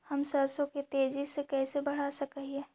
हम सरसों के तेजी से कैसे बढ़ा सक हिय?